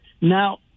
Now